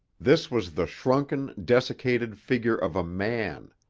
this was the shrunken, desiccated figure of a man,